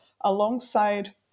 Alongside